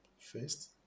first